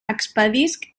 expedisc